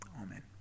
Amen